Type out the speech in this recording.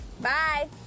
bye